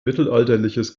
mittelalterliches